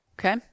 Okay